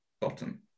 bottom